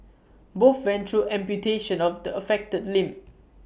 both went through amputation of the affected limb